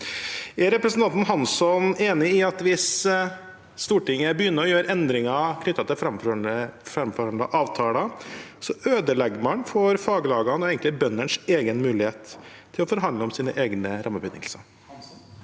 Er representanten Hansson enig i at hvis Stortinget begynner å gjøre endringer knyttet til framforhandlede avtaler, ødelegger man for faglagenes og egentlig bøndenes egen mulighet til å forhandle om sine egne rammebetingelser?